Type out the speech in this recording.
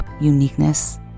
uniqueness